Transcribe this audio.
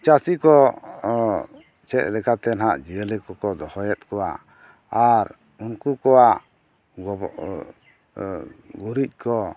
ᱪᱟᱹᱥᱤ ᱠᱚ ᱪᱮᱫ ᱞᱮᱠᱟᱛᱮ ᱦᱟᱸᱜ ᱡᱤᱭᱟᱹᱞᱤ ᱠᱚᱠᱚ ᱫᱚᱦᱚᱭᱮᱫ ᱠᱚᱣᱟ ᱟᱨ ᱩᱱᱠᱩ ᱠᱚᱣᱟᱜ ᱜᱩᱨᱤᱡ ᱠᱚ